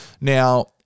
Now